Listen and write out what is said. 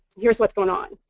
here's what's going on.